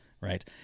right